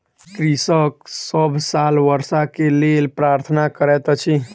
कृषक सभ साल वर्षा के लेल प्रार्थना करैत अछि